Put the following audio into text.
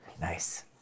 Nice